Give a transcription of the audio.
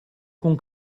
con